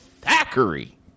Thackeray